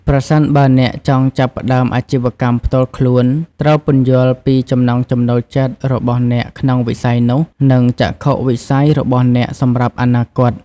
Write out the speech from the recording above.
ប្រសិនបើអ្នកចង់ចាប់ផ្ដើមអាជីវកម្មផ្ទាល់ខ្លួន ត្រូវពន្យល់ពី ចំណង់ចំណូលចិត្ត របស់អ្នកក្នុងវិស័យនោះ និង ចក្ខុវិស័យ របស់អ្នកសម្រាប់អនាគត។